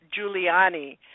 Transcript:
Giuliani